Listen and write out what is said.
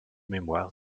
mémoires